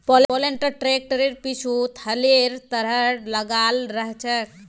planter ट्रैक्टरेर पीछु हलेर तरह लगाल रह छेक